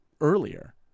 earlier